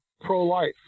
pro-life